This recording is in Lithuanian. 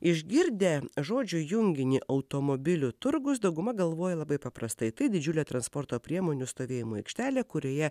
išgirdę žodžių junginį automobilių turgus dauguma galvoja labai paprastai tai didžiulė transporto priemonių stovėjimo aikštelė kurioje